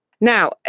Now